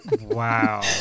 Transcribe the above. wow